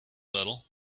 little